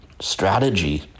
strategy